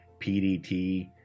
PDT